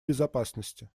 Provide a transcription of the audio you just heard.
безопасности